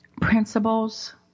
principles